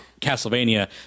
Castlevania